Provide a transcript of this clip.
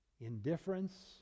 indifference